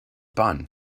bun